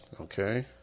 okay